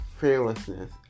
fearlessness